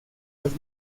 los